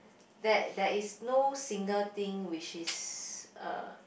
there there is no single thing which is uh